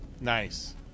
Nice